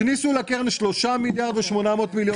הכניסו לקרן שלושה מיליארד ו-800 מיליון שקלים.